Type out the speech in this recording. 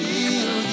Feel